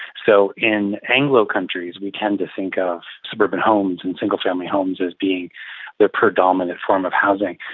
so in anglo countries we tend to think of suburban homes and single family homes as being the predominant form of housing.